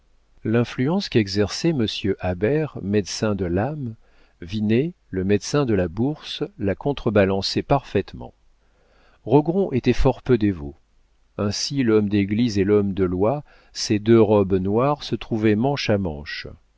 l'influence qu'exerçait monsieur habert médecin de l'âme vinet le médecin de la bourse la contre balançait parfaitement rogron était fort peu dévot ainsi l'homme d'église et l'homme de loi ces deux robes noires se trouvaient manche à manche